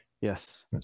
Yes